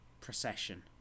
procession